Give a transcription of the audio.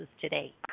today